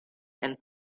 and